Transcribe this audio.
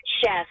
chef